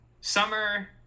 Summer